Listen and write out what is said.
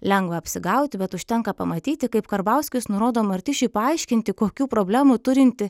lengva apsigauti bet užtenka pamatyti kaip karbauskis nurodo martišiui paaiškinti kokių problemų turinti